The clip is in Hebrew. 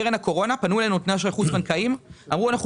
בקרן הקורונה פנו אלינו נותני אשראי חוץ בנקאיים ואמרו: אנחנו